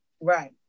right